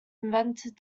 invented